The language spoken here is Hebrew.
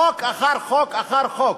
חוק אחר חוק אחר חוק.